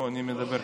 אני מדבר,